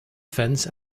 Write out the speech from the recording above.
fence